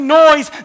noise